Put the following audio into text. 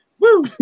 Woo